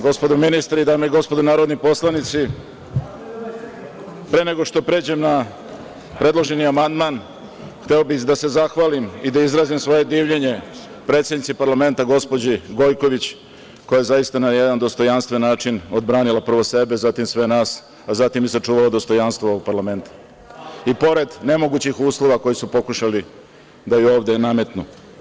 Gospodo ministri, dame i gospodo narodni poslanici, pre nego što pređem na predloženi amandman, hteo bih da se zahvalim i da izrazim svoje divljenje predsednici parlamenta gospođi Gojković, koja je zaista na jedan dostojanstven način odbranila prvo sebe, zatim sve nas, a zatim i sačuvala dostojanstvo ovog parlamenta, i pored nemogućih uslova koje su pokušali da joj ovde nametnu.